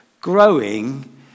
growing